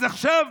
אז עכשיו,